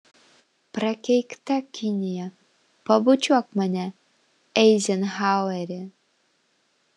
prakeikta kinija pabučiuok mane eizenhaueri